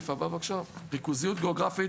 ריכוזיות גיאוגרפית